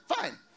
Fine